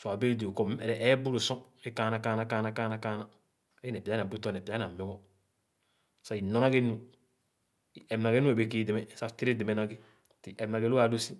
So ã bẽẽ dõõ kɔ m̃ ẽrẽ ẽẽbu ló sor é kããnà kããnà kããnà kããnà kããnà é ne pya na bu tɔ ne pya na mugo. Sah i nɔr na ghenu, i ep nee nu é wẽẽ kii dɛmé sah tère dɛmè na ghe i ep na ghe lõõ ãã lu si